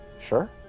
Sure